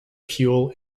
fuel